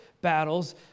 battles